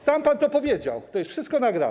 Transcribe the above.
Sam pan to powiedział, to jest wszystko nagrane.